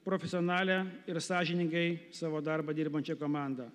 profesionalią ir sąžiningai savo darbą dirbančią komandą